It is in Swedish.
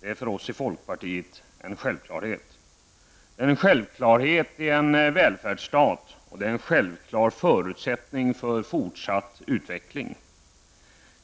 är för oss i folkpartiet en självklarhet. Det är en självklarhet i en välfärdsstat, och det är en självklar förutsättning för fortsatt utveckling.